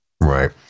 Right